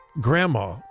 Grandma